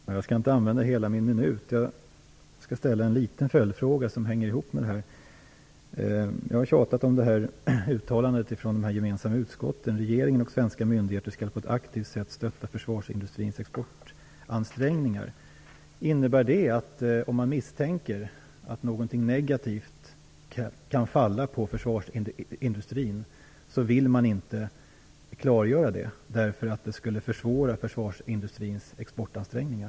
Herr talman! Jag skall inte använda hela min taletid utan bara ställa en liten följdfråga. Jag har tjatat om det gemensamma uttalandet från utskotten: Regeringen och svenska myndigheter skall på ett aktivt sätt stötta försvarsindustrins exportansträngningar. Innebär det att om man misstänker att något negativt kan falla på försvarsindustrin, så vill man inte klargöra detta därför att det skulle försvåra försvarsindustrins exportansträngningar?